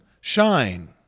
shine